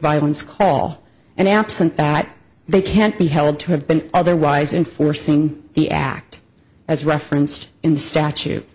violence call and absent that they can't be held to have been otherwise enforcing the act as referenced in the statute